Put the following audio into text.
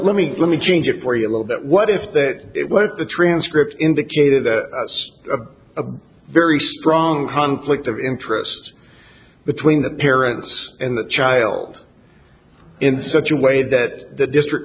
let me let me change it for you a little bit what if that it was the transcript indicated that a very strong conflict of interest between the parents and the child in such a way that the district